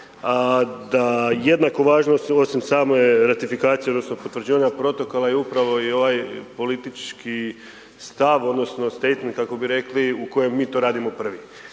a da jednako važno osim same ratifikacije odnosno potvrđivanja protoka je upravo i ovaj politički stav odnosno statement kako bi rekli, u kojem mi to radimo prvi.